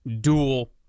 dual